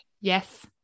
yes